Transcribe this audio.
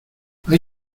hay